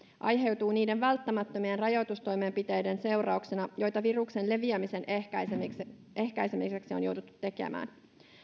aiheutuu niiden välttämättömien rajoitustoimenpiteiden seurauksena joita viruksen leviämisen ehkäisemiseksi on jouduttu tekemään